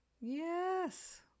yes